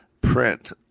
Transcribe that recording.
print